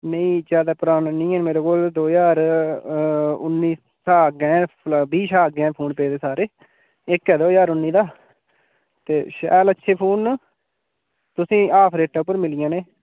नेईं जैदा पराना निं ऐ मेरे कोल दो ज्हार उन्नी शा अग्गें बीह् शा अग्गें पेदे फोन सारे इक ऐ दो ज्हार उन्नी दा ते शैल अच्छे फोन न तुसें ई हाफ रेटै पर मिली जाने